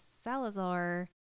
Salazar